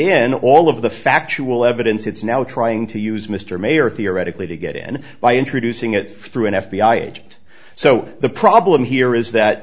in all of the factual evidence it's now trying to use mr mayer theoretically to get and by introducing it through an f b i agent so the problem here is that